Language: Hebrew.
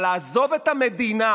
אבל לעזוב את המדינה